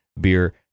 beer